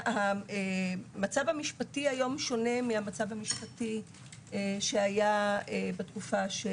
המצב המשפטי היום שונה מזה שהיה בתקופה של